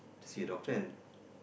to see a doctor and